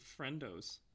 friendos